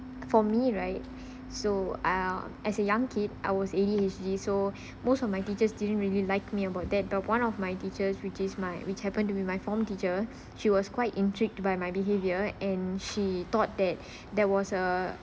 for me right so ah as a young kid I was A_D_H_D so most of my teachers didn't really like me about that but one of my teacher which is my which happened to be my form teacher she was quite intrigued by my behavior and she thought that that was a